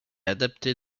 adapté